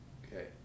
okay